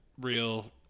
real